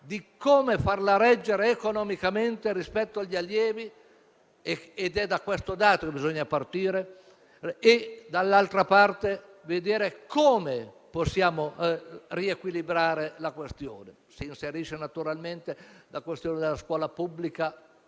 di come farla reggere economicamente rispetto agli allievi? È da questo dato che bisogna partire. Dall'altra parte, come possiamo riequilibrare la questione? Si inserisce la questione della scuola pubblica